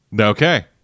Okay